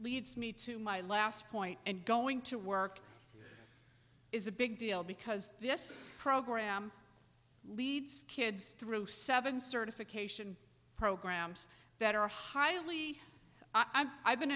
leads me to my last point and going to work is a big deal because this program leads kids through seven certification programs that are highly i